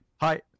hi